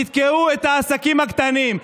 תתקעו את העסקים הקטנים,